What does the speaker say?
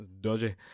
Dodgy